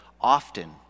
often